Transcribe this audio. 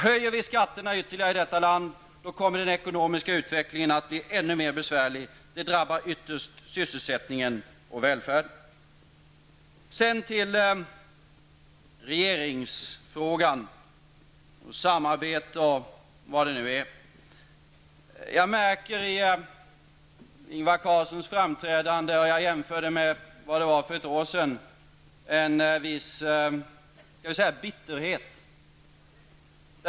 Höjer vi skatterna ytterligare i detta land kommer den ekonomiska utvecklingen att bli ännu mer besvärlig. Det drabbar ytterst sysselsättning och välfärd. Sedan till regeringsfrågan och samarbetsfrågorna. Jag jämför Ingvar Carlssons framträdande med hur det var för ett år sedan. Jag märker en viss bitterhet.